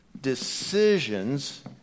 Decisions